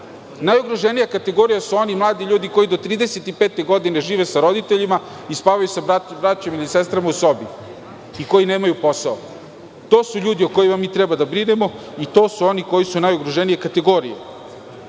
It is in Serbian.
Najugroženija kategorija su oni mladi ljudi koji do 35 godine žive sa roditeljima i spavaju sa braćom ili sestrama u sobi, koji nemaju posao. To su ljudi o kojima mi treba da brinemo i to su oni koji su najugroženija kategorija.